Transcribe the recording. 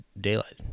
daylight